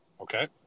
okay